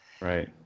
Right